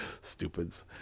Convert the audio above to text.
stupids